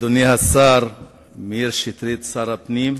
אדוני השר מאיר שטרית, שר הפנים,